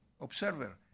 observer